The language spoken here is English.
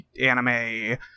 anime